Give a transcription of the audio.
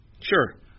Sure